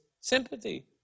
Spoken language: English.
sympathy